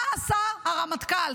מה עשה הרמטכ"ל,